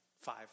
five